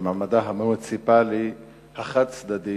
ומעמדה המוניציפלי החד-צדדי